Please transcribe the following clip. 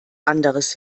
anderes